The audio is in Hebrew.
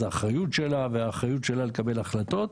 זו האחריות שלה לקבל החלטות.